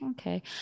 okay